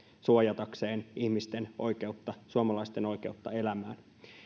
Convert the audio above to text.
suojatakseen ihmisten oikeutta suomalaisten oikeutta elämään